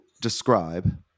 describe